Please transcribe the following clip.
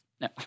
No